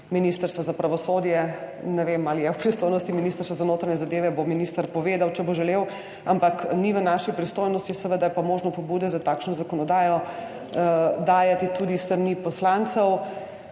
Ministrstva za pravosodje. Ne vem, ali je v pristojnosti Ministrstva za notranje zadeve, bo minister povedal, če bo želel, ampak ni v naši pristojnosti, seveda je pa možno pobude za takšno zakonodajo dajati tudi s strani poslancev.